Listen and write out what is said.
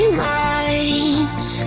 minds